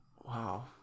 Wow